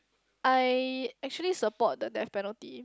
I actually support the death penalty